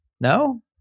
No